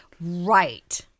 Right